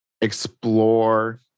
explore